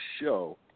show